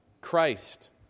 Christ